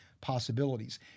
possibilities